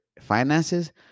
finances